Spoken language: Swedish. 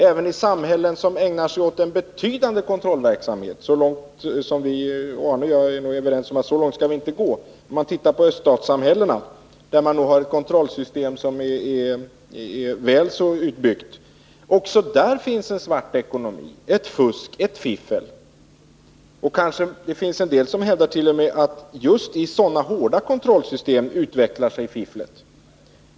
Även i samhällen som ägnar sig åt betydande kontrollverksamhet — Arne Nygren och jag är säkert överens om att vi inte skall gå så långt som öststaterna, där man har ett väl så utbyggt kontrollsystem — finns en svart ekonomi, fusk och fiffel. Det finns en del som t.o.m. hävdar att fifflet utvecklar sig just i sådana hårda kontrollsystem.